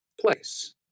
place